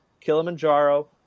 Kilimanjaro